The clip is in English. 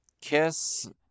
Kiss